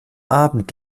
abend